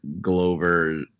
Glover